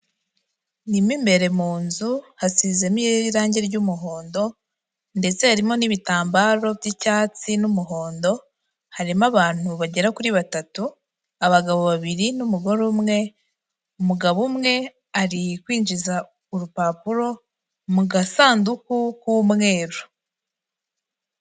Mo imbere mu nzu hasizemo irange ry'umuhondo ndetse harimo n'ibitambaro by'icyatsi n'umuhondo harimo abantu bagera kuri batatu abagabo babiri n'umugore umwe, umugabo umwe ari kwinjiza urupapuro mu gasanduku k'umweru.